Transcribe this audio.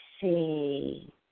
see